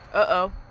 oh